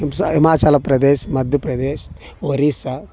హిమస Himachal Pradesh Madhya Pradesh Orissa